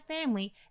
family